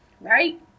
right